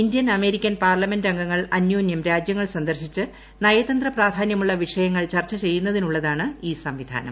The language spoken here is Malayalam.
ഇന്ത്യൻ അമേരിക്കൻ പാർലമെന്റംഗങ്ങൾ അന്യോന്യം രാജ്യങ്ങൾ സന്ദർശിച്ച് നയതന്ത്ര പ്രാധാനൃമുള്ള വിഷയങ്ങൾ ചർച്ച ചെയ്യുന്നതിനുള്ളതാണ് ഈ സംവിധാനം